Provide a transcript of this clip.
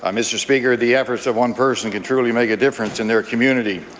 um mr. speaker, the efforts of one person can truly make a difference in their community.